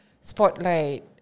spotlight